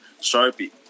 sharpie